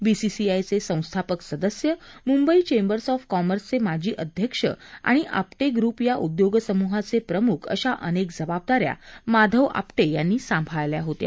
बीसीसीआयचे संस्थापक सदस्य Mumbai chambers of कॉमर्सचे माजी अध्यक्ष आणि आपटे ग्रुप या उद्योगसमूहाचे प्रमूख अशा अनेक जबाबदाऱ्या माधव आपटे यांनी सांभाळल्या होत्या